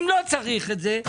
אם לא צריך את זה,